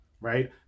right